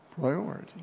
priority